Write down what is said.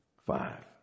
Five